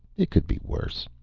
it could be worse.